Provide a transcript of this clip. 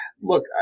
look